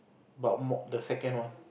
but more the second one